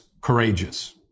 courageous